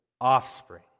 offspring